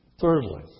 Thirdly